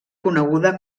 coneguda